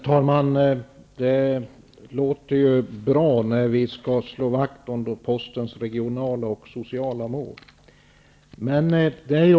Herr talman! Det låter bra att man skall slå vakt om postens regionala och sociala mål.